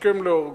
השכם להורגו.